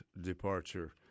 departure